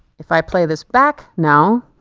if i play this back now,